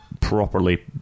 properly